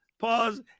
pause